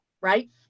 right